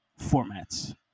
formats